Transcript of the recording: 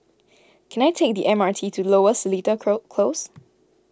can I take the M R T to Lower Seletar Close